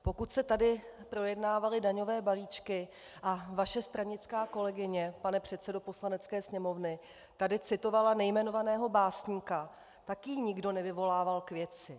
Pokud se tady projednávaly daňové balíčky a vaše stranická kolegyně, pane předsedo Poslanecké sněmovny, tady citovala nejmenovaného básníka, taky ji nikdo nevyvolával k věci.